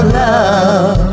love